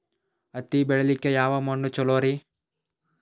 ಹತ್ತಿ ಬೆಳಿಲಿಕ್ಕೆ ಯಾವ ಮಣ್ಣು ಚಲೋರಿ?